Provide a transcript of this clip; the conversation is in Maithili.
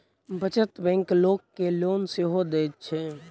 बचत बैंक लोक के लोन सेहो दैत छै